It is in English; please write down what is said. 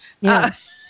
yes